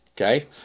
okay